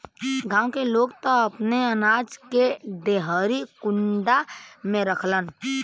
गांव के लोग त अपने अनाज के डेहरी कुंडा में रखलन